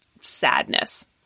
sadness